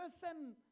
person